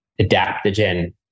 adaptogen